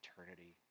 eternity